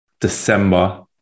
December